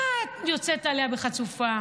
מה את יוצאת עליה ב"חצופה"?